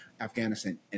Afghanistan